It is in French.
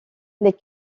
les